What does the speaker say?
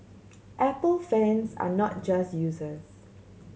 apple fans are not just users